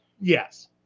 Yes